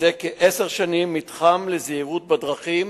זה כעשר שנים מתחם לזהירות בדרכים.